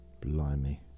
Blimey